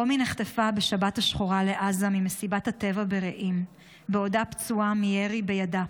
רומי נחטפה בשבת השחורה לעזה ממסיבת הטבע ברעים בעודה פצועה מירי בידה.